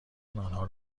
آنها